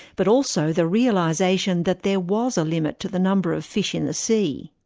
but also the realisation that there was a limit to the number of fish in the sea.